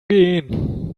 gehen